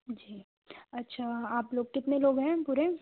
जी अच्छा आप लोग कितने लोग हैं पूरे